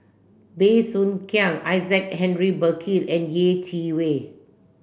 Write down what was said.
Bey Soo Khiang Isaac Henry Burkill and Yeh Chi Wei